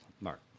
Mark